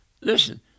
listen